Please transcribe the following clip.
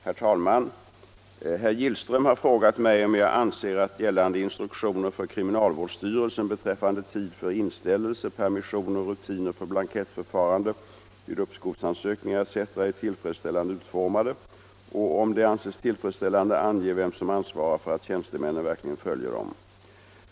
Herr talman! Herr Gillström har frågat mig om jag anser att gällande instruktioner för kriminalvårdsstyrelsen beträffande tid för inställelse, permissioner, rutiner för blankettförfarande vid uppskovsansökningar etc. är tillfredsställande utformade och bett mig att, om de anses tillfredsställande, ange vem som ansvarar för att tjänstemännen verkligen följer dem.